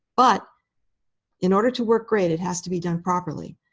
but in order to work great, it has to be done properly.